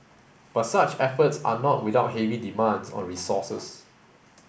but such efforts are not without heavy demands on resources